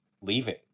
leaving